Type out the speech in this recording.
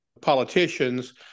politicians